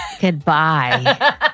Goodbye